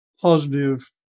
positive